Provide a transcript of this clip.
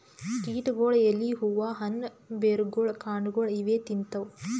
ಕೀಟಗೊಳ್ ಎಲಿ ಹೂವಾ ಹಣ್ಣ್ ಬೆರ್ಗೊಳ್ ಕಾಂಡಾಗೊಳ್ ಇವೇ ತಿಂತವ್